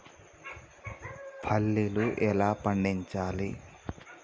పల్లీలు ఎలా పండించాలి?